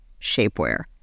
shapewear